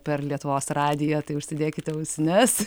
per lietuvos radiją tai užsidėkite ausines